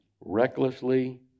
recklessly